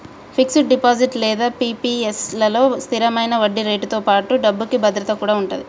fixed deposit లేదా PPF లలో స్థిరమైన వడ్డీరేటుతో పాటుగా డబ్బుకి భద్రత కూడా ఉంటది